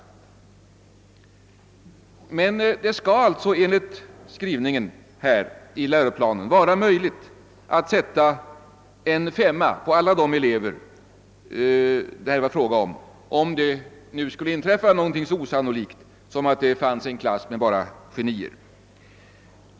Enligt skrivningen i läroplanen skall det emellertid vara möjligt att sätta betyget 5 för alla elever, om det nu skulle förekomma något så osannolikt som en klass med bara genier.